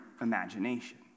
imagination